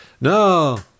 No